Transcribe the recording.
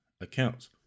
accounts